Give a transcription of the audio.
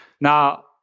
Now